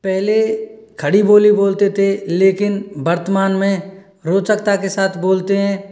पहले खड़ी बोली बोलते थे लेकिन वर्तमान में रोचकता के साथ बोलते हैं